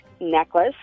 necklace